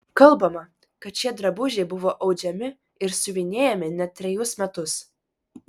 kalbama kad šie drabužiai buvo audžiami ir siuvinėjami net trejus metus